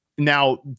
Now